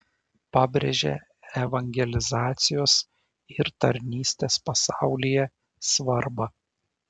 pabrėžia evangelizacijos ir tarnystės pasaulyje svarbą